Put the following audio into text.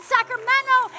Sacramento